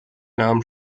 nahmen